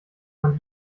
man